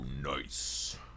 Nice